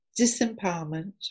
disempowerment